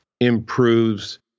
improves